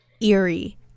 eerie